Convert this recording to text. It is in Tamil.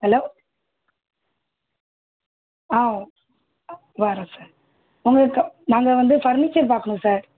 ஹலோ ஆ வரோம் சார் உங்களுக்கு நாங்கள் வந்து ஃபர்னிச்சர் பார்க்கணும் சார்